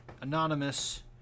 Anonymous